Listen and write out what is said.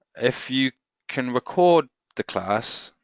if you can record the class,